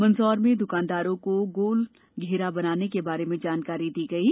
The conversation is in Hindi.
मन्दसौर में दुकानदारों को गोल घेरा बनाने के बारे में जानकारी दी गयी